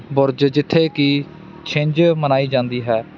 ਬੁਰਜ ਜਿੱਥੇ ਕਿ ਛਿੰਝ ਮਨਾਈ ਜਾਂਦੀ ਹੈ